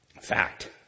Fact